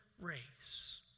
race